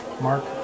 mark